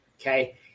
Okay